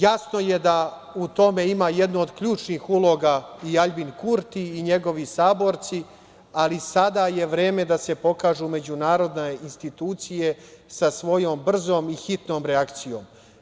Jasno je da u tome ima jednu od ključnih uloga i Aljbin Kurti i njegovi saborci, ali sada je vreme da se pokažu međunarodne institucije sa svojom brzom i hitnom reakcijom.